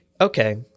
okay